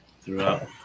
throughout